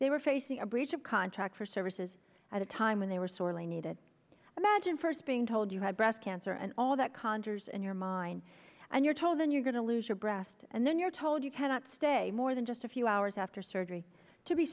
they were facing a breach of contract for services at a time when they were sorely needed imagine first being told you have breast cancer and all that conjures in your mind and you're told then you're going to lose your breast and then you're told you cannot stay more than just a few hours after surgery to be